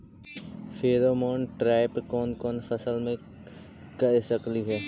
Pheromone trap कोन कोन फसल मे कर सकली हे?